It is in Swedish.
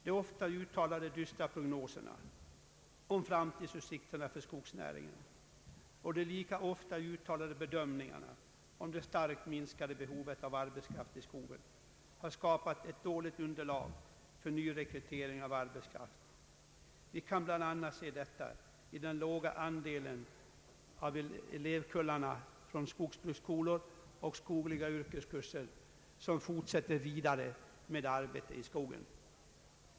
De ofta uttalade dystra prognoserna om framtidsutsikterna för skogsnäringen och de lika ofta uttalade bedömningarna av det starkt minskade behovet av arbetskraft i skogen har skapat ett dåligt underlag för nyrekrytering av arbetskraft. Vi kan bl.a. se detta i den låga andelen av elevkullarna från skogsbruksskolor och skogliga yrkeskurser som fortsätter vidare med arbete i skogen.